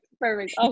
Perfect